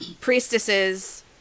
priestesses